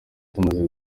tumaze